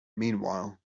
meanwhile